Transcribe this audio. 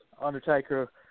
Undertaker